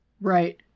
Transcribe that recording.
Right